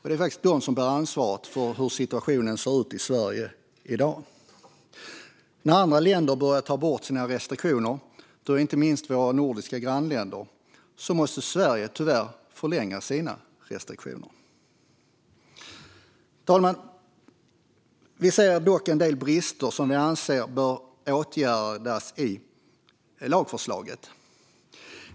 Det är faktiskt de som bär ansvaret för hur situationen ser ut i Sverige i dag. När andra länder, inte minst våra nordiska grannländer, börjar ta bort sina restriktioner måste Sverige tyvärr förlänga sina restriktioner. Fru talman! Vi ser dock en del brister som vi anser bör åtgärdas i lagförslaget.